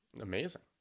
Amazing